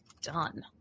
done